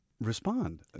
respond